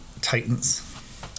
Titans